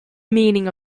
meaning